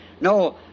no